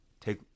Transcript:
Take